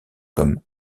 comme